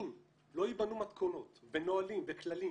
אם לא ייבנו מתכונות ונהלים וכללים